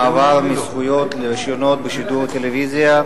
(מעבר מזיכיונות לרשיונות בשידורי טלוויזיה),